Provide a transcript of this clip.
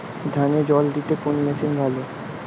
ধানে জল দিতে কোন মেশিন ভালো?